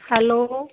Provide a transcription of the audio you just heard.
hello